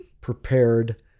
prepared